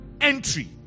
entry